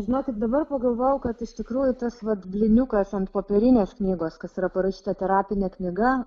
žinokit dabar pagalvojau kad iš tikrųjų tas vat blyniukas ant popierinės knygos kas yra parašyta terapinė knyga